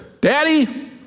Daddy